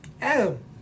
Adam